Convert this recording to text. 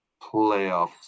playoffs